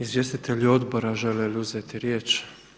Izvjestitelji odbora žele li uzeti riječ?